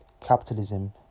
capitalism